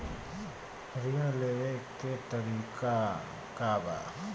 ऋण लेवे के तरीका का बा?